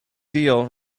deal